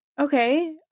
Okay